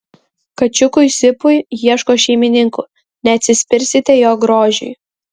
kačiukui sipui ieško šeimininkų neatsispirsite jo grožiui